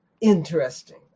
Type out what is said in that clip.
interesting